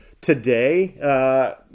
today